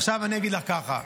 עכשיו אני אגיד לך כך: